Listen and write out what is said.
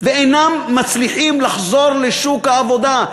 והם אינם מצליחים לחזור לשוק העבודה.